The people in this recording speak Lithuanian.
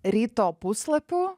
ryto puslapių